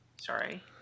sorry